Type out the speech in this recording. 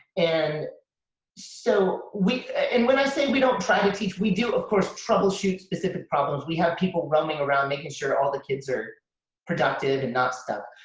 and so and when i say we don't try to teach, we do of course troubleshoot specific problems. we have people roaming around, making sure all the kids are productive and not stuck.